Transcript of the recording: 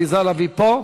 עליזה לביא פה?